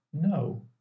No